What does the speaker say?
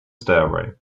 stairway